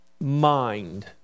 mind